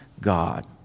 God